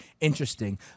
interesting